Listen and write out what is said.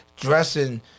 dressing